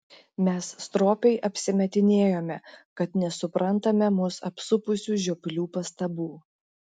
mes stropiai apsimetinėjome kad nesuprantame mus apsupusių žioplių pastabų